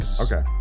Okay